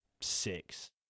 six